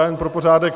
Já jen pro pořádek.